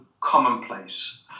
commonplace